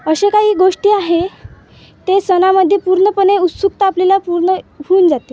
असे काही गोष्टी आहे ते सणामध्ये पूर्णपणे उत्सुकता आपल्याला पूर्ण होऊन जाते